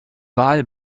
wahl